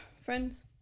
friends